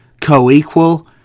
co-equal